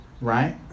right